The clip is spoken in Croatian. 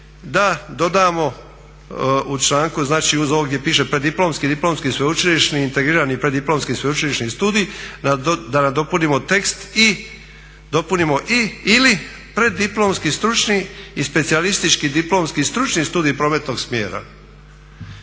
da dodamo u članku znači uz ovo gdje piše preddiplomski, diplomski i sveučilišni, integrirani preddiplomski i sveučilišni studij da nadopunimo tekst i/ili preddiplomski stručni i specijalistički diplomski stručni studij prometnog smjera.